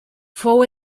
fou